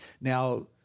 Now